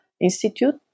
Institute